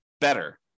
better